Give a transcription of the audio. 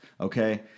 okay